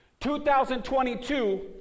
2022